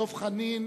דב חנין,